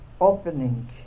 opening